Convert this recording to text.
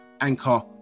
Anchor